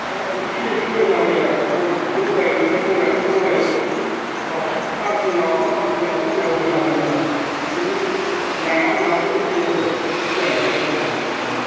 सायाव एसे एसे होना होयो आरो गोबोरखिखौ लगायो ओमफ्राय ब्रयलार खिखौ लगाइयो हाख फारजिङाव हाखर फारजिङाव खनायाव होना दोनो आरो इदिनो नाया आंना बहुथ देरो बिखिनियानोसै आरो आंनि बुंनाया